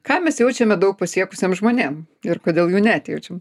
ką mes jaučiame daug pasiekusiem žmonėm ir kodėl jų neatjaučiam